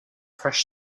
fresh